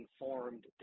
informed